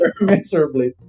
miserably